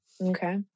Okay